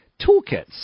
Toolkits